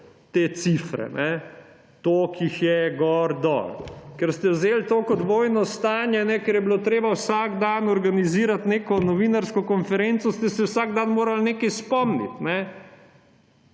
te cifre. Toliko jih je, gor, dol. Ker ste vzeli to kot vojno stanje. Ker je bilo treba vsak dan organizirati neko novinarsko konferenco, ste se vsak dan morali nekaj spomniti.